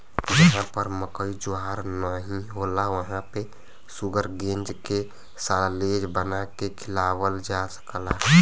जहां पर मकई ज्वार नाहीं होला वहां पे शुगरग्रेज के साल्लेज बना के खियावल जा सकला